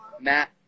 Matt